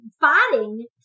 fighting